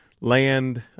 Land